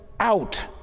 out